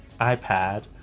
iPad